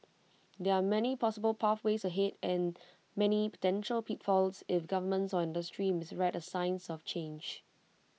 there are many possible pathways ahead and many potential pitfalls if governments or industry misread the signs of change